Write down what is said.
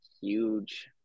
huge